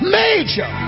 major